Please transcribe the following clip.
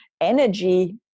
energy